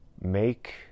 make